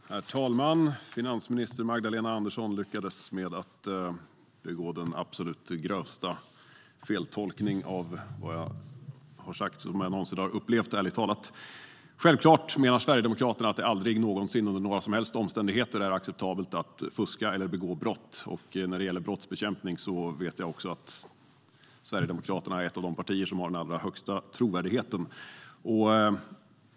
Herr talman! Finansminister Magdalena Andersson lyckades med att begå den absolut grövsta feltolkning av vad jag har sagt som jag någonsin har upplevt, ärligt talat. Självklart menar Sverigedemokraterna att det aldrig någonsin under några som helst omständigheter är acceptabelt att fuska eller begå brott. När det gäller brottsbekämpning har Sverigedemokraterna den allra högsta trovärdigheten.